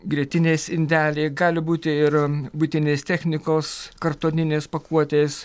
grietinės indeliai gali būti ir buitinės technikos kartoninės pakuotės